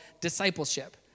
discipleship